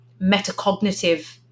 metacognitive